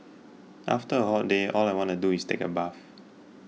after a hot day all I want to do is take a bath